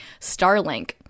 Starlink